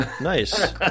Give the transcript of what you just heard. Nice